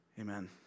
Amen